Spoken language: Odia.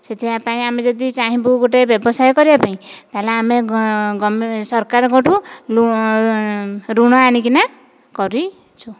ସେଥିକାପାଇଁ ଆମେ ଯଦି ଚାହିଁବୁ ଗୋଟେ ବ୍ୟବସାୟ କରିବା ପାଇଁ ତାହେଲେ ଆମେ ସରକାରଙ୍କଠୁ ଋଣ ଆଣିକିନା କରିଛୁ